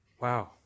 Wow